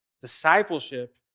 Discipleship